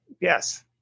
Yes